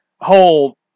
whole